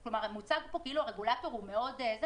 מוצג פה כאילו הרגולטור הוא מאוד ---,